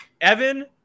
Evan